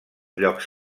llocs